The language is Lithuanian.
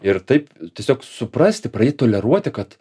ir taip tiesiog suprasti praeit toleruoti kad